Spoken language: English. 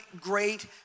great